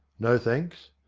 no thanks.